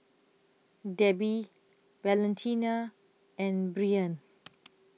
Debi Valentina and Breann